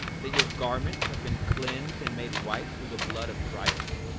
that your garments have been cleansed and made white through the blood of christ,